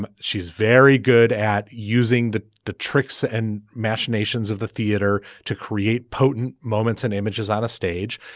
um she's very good at using the the tricks and machinations of the theater to create potent moments and images on a stage.